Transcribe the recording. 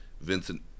Vincent